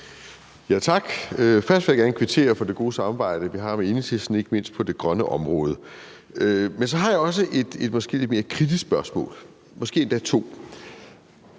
Tak. Først vil jeg gerne kvittere for det gode samarbejde, vi har med Enhedslisten, ikke mindst på det grønne område. Men så har jeg også et måske lidt mere kritisk spørgsmål – og måske endda to: